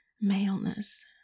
maleness